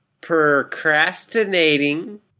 ...procrastinating